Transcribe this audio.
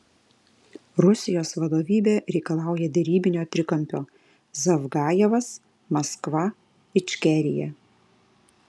rusijos vadovybė reikalauja derybinio trikampio zavgajevas maskva ičkerija